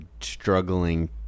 struggling